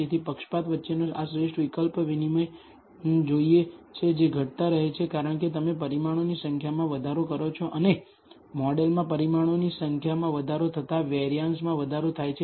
તેથી પક્ષપાત વચ્ચેનો આ શ્રેષ્ઠ વિકલ્પ વિનિમય જોઈએ છે જે ઘટતા રહે છે કારણ કે તમે પરિમાણોની સંખ્યામાં વધારો કરો છો અને મોડેલમાં પરિમાણોની સંખ્યામાં વધારો થતાં વેરિઅન્સમાં વધારો થાય છે